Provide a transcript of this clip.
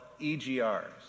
EGRs